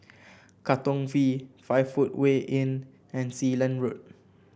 Katong V Five Footway Inn and Sealand Road